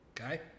Okay